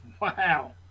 Wow